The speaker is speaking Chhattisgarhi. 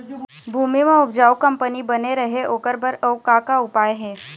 भूमि म उपजाऊ कंपनी बने रहे ओकर बर अउ का का उपाय हे?